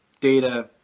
data